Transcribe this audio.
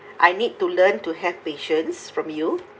I need to learn to have patience from you